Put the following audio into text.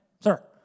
sir